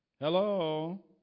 Hello